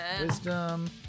Wisdom